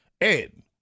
Ed